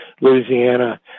Louisiana